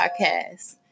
podcast